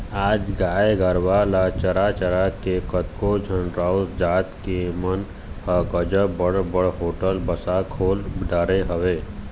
आज गाय गरुवा ल चरा चरा के कतको झन राउत जात के मन ह गजब बड़ बड़ होटल बासा खोल डरे हवय